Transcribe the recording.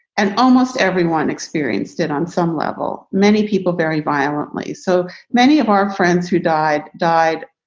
and almost everyone experienced it on some level. many people very violently. so many of our friends who died died,